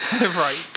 Right